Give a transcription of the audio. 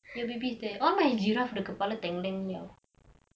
your baby is there oh my giraffe the kepala liao